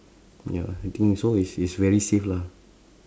ya I think so is is very safe lah